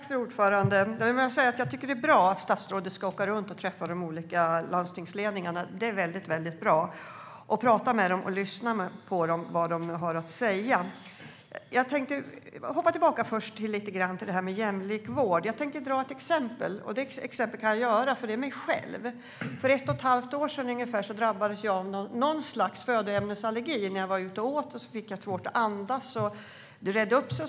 Fru talman! Jag tycker att det är bra att statsrådet ska åka runt och träffa de olika landstingsledningarna, tala med dem och lyssna på vad de har att säga. Jag tänkte hoppa tillbaka lite grann till det här med jämlik vård. Jag ska ta ett exempel. Det exemplet kan jag ta upp, för det gäller mig själv. För ungefär ett och ett halvt år sedan drabbades jag av något slags födoämnesallergi när jag var ute och åt. Jag fick svårt att andas, men det redde ut sig.